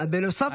נוסף לכך.